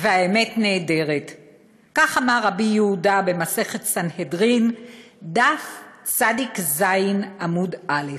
והאמת נעדרת"; כך אמר רבי יהודה במסכת סנהדרין דף צ"ז עמוד א'.